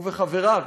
הוא וחבריו,